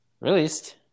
released